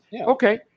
Okay